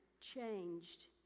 changed